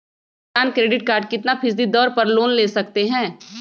किसान credit card कितना फीसदी दर पर लोन ले सकते हैं?